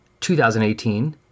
2018